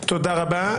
תודה רבה.